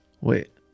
Wait